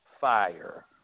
fire